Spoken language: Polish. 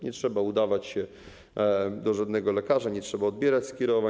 Nie trzeba udawać się do żadnego lekarza, nie trzeba odbierać skierowań.